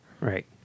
right